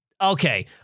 okay